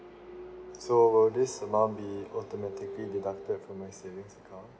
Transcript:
so this amount be automatically deducted from my savings account